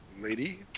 lady